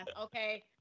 okay